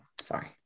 sorry